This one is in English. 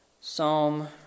Psalm